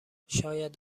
شاید